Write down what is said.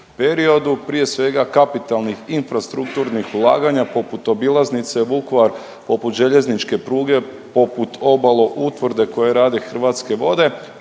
periodu, prije svega kapitalnih infrastrukturnih ulaganja poput obilaznice Vukovar, poput željezničke pruge, poput Obaloutvrde koje rade Hrvatske vode,